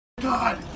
God